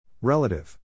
Relative